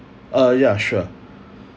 uh yeah sure